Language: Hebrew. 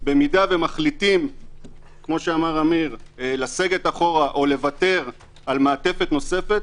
במידה שמחליטים לסגת אחורה או לוותר על מעטפת נוספת,